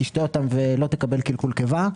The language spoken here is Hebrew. תשתה אותם ולא תקבל קלקול קיבה.